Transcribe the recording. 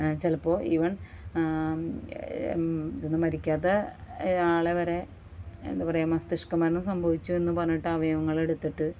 ചിലപ്പോൾ ഇവൻ മരിക്കാത്ത ആളെ വരെ എന്താണ് പറയുക മസ്തിഷ്ക മരണം സംഭവിച്ചു എന്ന് പറഞ്ഞിട്ട് അവയവങ്ങൾ എടുത്തിട്ട്